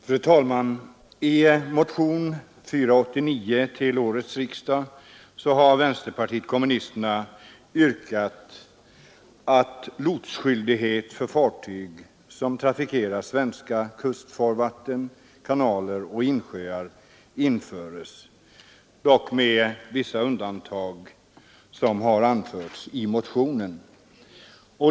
Fru talman! I motionen 489 till årets riksdag har vänsterpartiet kommunisterna yrkat att lotsskyldighet för fartyg som trafikerar svenska kustfarvatten, kanaler och insjöar införes, dock med vissa undantag som har anförts i motionen.